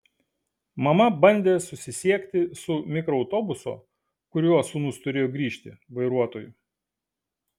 mama bandė susisiekti su mikroautobuso kuriuo sūnus turėjo grįžti vairuotoju